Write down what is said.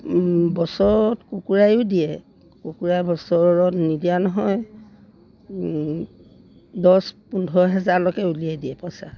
বছৰত কুকুৰায়ো দিয়ে কুকুৰাই বছৰত নিদিয়া নহয় দহ পোন্ধৰ হোজাৰালৈকে উলিয়াই দিয়ে পইছা